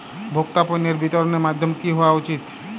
ভোক্তা পণ্যের বিতরণের মাধ্যম কী হওয়া উচিৎ?